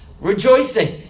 rejoicing